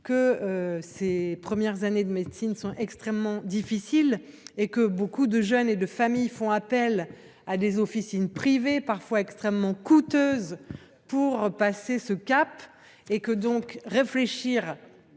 que ces premières années de médecine sont très difficiles et que beaucoup de familles font appel à des officines privées, parfois extrêmement coûteuses, pour passer ce cap. C’est en effet